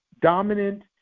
dominant